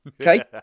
okay